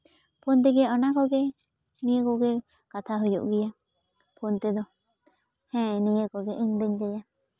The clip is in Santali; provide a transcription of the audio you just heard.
ᱯᱷᱳᱱ ᱛᱮᱜᱮ ᱚᱱᱟ ᱠᱚᱜᱮ ᱱᱤᱭᱟᱹ ᱠᱚᱜᱮ ᱠᱟᱛᱷᱟ ᱦᱩᱭᱩᱜ ᱜᱮᱭᱟ ᱯᱷᱳᱱ ᱛᱮᱫᱚ ᱦᱮᱸ ᱱᱤᱭᱟᱹ ᱠᱚᱜᱮ ᱤᱧ ᱫᱚᱧ ᱞᱟᱹᱭᱟ